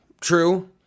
true